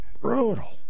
brutal